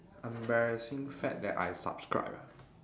embarrassing fad that I subscribed ah